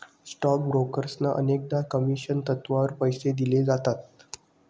stock ब्रोकर्सना अनेकदा commission तत्त्वावर पैसे दिले जातात